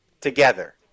together